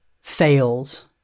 fails